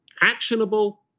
actionable